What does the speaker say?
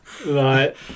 Right